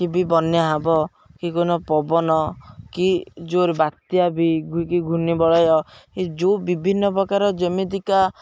କି ବି ବନ୍ୟା ହବ କି କେଉଁ ଦିନ ପବନ କି ଜୋର ବାତ୍ୟା ବି କି ଘୂର୍ଣ୍ଣି ବଳୟ ଏ ଯେଉଁ ବିଭିନ୍ନ ପ୍ରକାର ଯେମିତିକା